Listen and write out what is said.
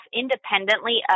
independently